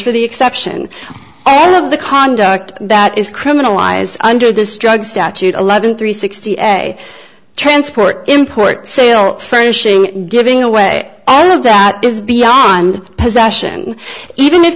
for the exception all of the conduct that is criminalized under this drug statute eleven three sixty as a transport import sale furnishing giving away all of that is beyond possession even if